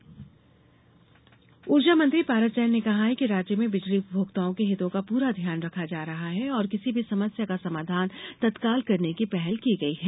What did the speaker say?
बिजली उपभोक्ता ऊर्जामंत्री पारस जैन ने कहा है कि राज्य में बिजली उपभोक्ताओं के हितों का पूरा ध्यान रखा जा रहा है और किसी भी समस्या का समाधान तत्काल करने की पहल की गई है